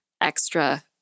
extra